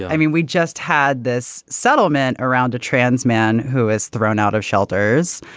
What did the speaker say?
i mean, we just had this settlement around a trans man who is thrown out of shelters